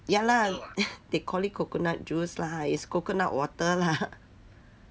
ya lah they call it coconut juice lah is coconut water lah